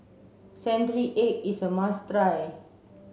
century egg is a must try